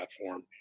platform